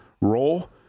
role